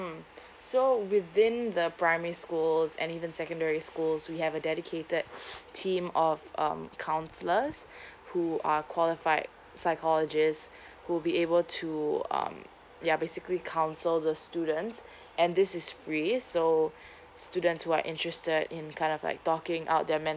mm so within the primary schools and even secondary schools we have a dedicated a team of um counselors who are qualified psychologist would be able to um ya basically council the students and this is free so students who are interested in kind of like talking out there man